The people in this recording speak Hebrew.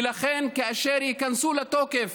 ולכן כאשר ייכנסו לתוקף